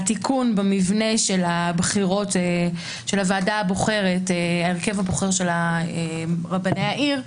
תיקון במבנה של ההרכב הבוחר של רבני העיר.